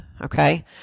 Okay